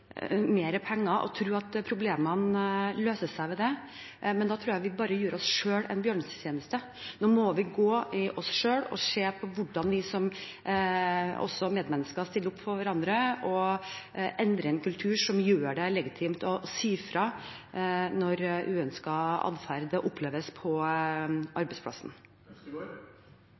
penger og tro at problemene løser seg ved det. Men da tror jeg vi bare gjør oss selv en bjørnetjeneste. Nå må vi gå i oss selv og se på hvordan vi som medmennesker stiller opp for hverandre, og endre til en kultur som gjør det legitimt å si fra når uønsket atferd oppleves på arbeidsplassen.